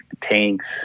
tanks